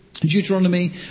Deuteronomy